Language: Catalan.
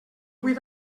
vuit